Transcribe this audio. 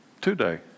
today